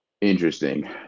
Interesting